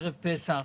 ערב פסח,